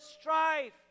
strife